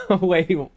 Wait